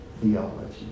theology